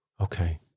okay